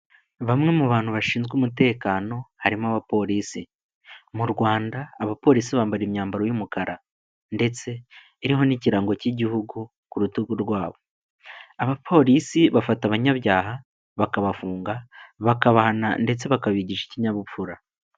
Bamwe mu bantu bashinzwe umutekano harimo abapolisi mu Rwanda abapolisi bambara imyambaro y'umukara ndetse iriho n'ikirango cy'igihugu ku rutugu rwabo abapolisi bafata abanyabyaha bakabafunga bakabahana ndetse bakabigisha ikinyabupfura.